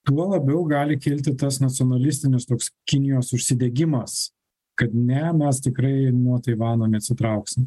tuo labiau gali kilti tas nacionalistinis toks kinijos užsidegimas kad ne mes tikrai nuo taivano neatsitrauksim